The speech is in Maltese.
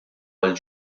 għal